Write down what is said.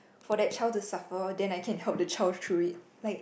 for that child to suffer then I can help the child through it like